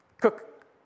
Cook